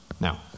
now